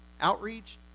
outreach